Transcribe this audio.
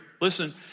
Listen